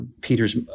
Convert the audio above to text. Peter's